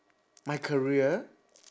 my career